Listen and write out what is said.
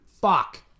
fuck